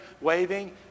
waving